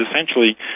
essentially